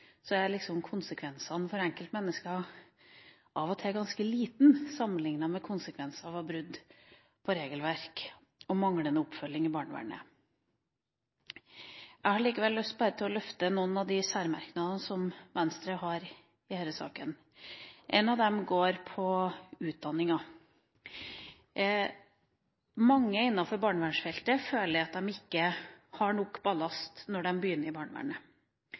er konsekvensene for enkeltmenneskene ofte ganske små sammenlignet med konsekvensene av brudd på regelverk og manglende oppfølging i barnevernet. Jeg har lyst til å løfte noen av de særmerknadene som Venstre har i denne saken. En av dem går på utdanninga. Mange innenfor barnevernsfeltet føler at de ikke har nok ballast når de begynner i barnevernet.